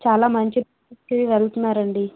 చాలా మంచి ట్రిప్ కి వెళ్తున్నారండి